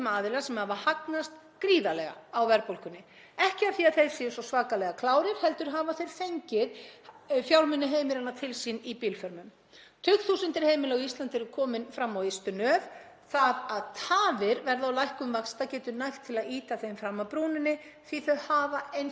heimila á Íslandi eru komin fram á ystu nöf. Það að tafir verði á lækkun vaxta getur nægt til að ýta þeim fram af brúninni því að þau hafa einfaldlega ekki úthald í meira. Ef ekki verður bara um tafir á lækkun vaxta að ræða heldur enn meiri hækkanir þarf ekki að spyrja að leikslokum.